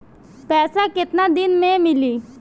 पैसा केतना दिन में मिली?